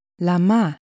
lama